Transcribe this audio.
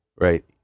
right